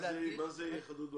מה זה אי אחידות בנוהל?